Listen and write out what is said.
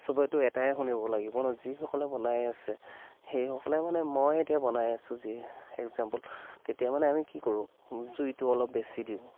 চবেইতো এটাই শুনিব লাগিব ন যিসকলে বনাই আছে সেইসকলে মানে মই এতিয়া বনাই আছোঁ যি এগ্জাম্পল তেতিয়া মানে আমি কি কৰোঁ জুইটো অলপ বেছি দিওঁ